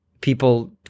people